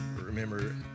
remember